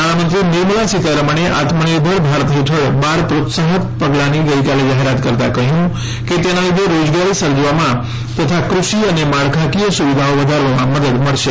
નાણાંમંત્રી નિર્મલા સીતારમણે આત્મનિર્ભર ભારત હેઠળ બાર પ્રોત્સાહક પગલાંની ગઈકાલે જાહેરાત કરતાં કહ્યું કે તેનાં લીધે રોજગારી સર્જવામાં તથા કૃષિ અને માળખાકીય સુવિધાઓ વધારવામાં મદદ મળશે